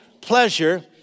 pleasure